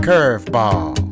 Curveball